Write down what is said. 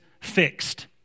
fixed